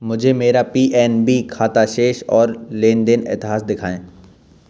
मुझे मेरा P N B खाता शेष और लेन देन इतिहास दिखाएँ